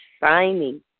signing